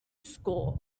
score